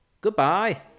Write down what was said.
goodbye